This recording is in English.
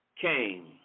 came